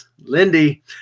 Lindy